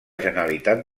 generalitat